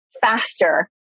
faster